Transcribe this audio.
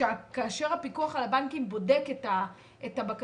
כאשר הפיקוח על הבנקים בודק את הבקשה,